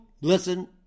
listen